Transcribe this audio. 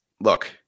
Look